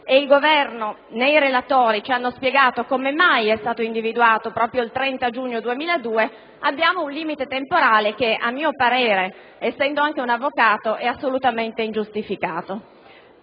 il Governo né i relatori ci hanno spiegato come mai è stato individuato come termine proprio il 30 giungo 2002) abbiamo un limite temporale che a mio parere, essendo io anche un avvocato, è assolutamente ingiustificato.